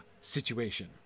situation